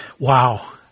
wow